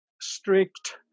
strict